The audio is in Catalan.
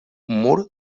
mur